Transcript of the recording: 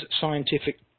scientific